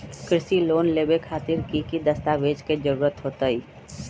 कृषि लोन लेबे खातिर की की दस्तावेज के जरूरत होतई?